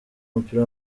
w’umupira